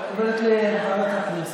הכנסת.